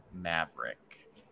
Maverick